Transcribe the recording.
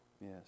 Yes